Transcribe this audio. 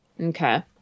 Okay